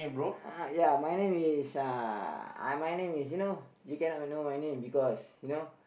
uh ya my name is uh my name is you know you cannot know my name because you know